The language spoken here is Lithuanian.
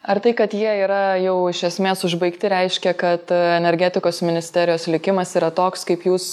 ar tai kad jie yra jau iš esmės užbaigti reiškia kad energetikos ministerijos likimas yra toks kaip jūs